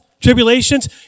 tribulations